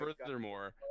furthermore